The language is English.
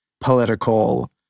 political